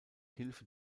hilfe